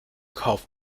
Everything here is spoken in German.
kauf